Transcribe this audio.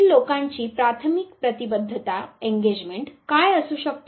तेथील लोकांची प्राथमिक प्रतिबद्धता काय असू शकते